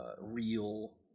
real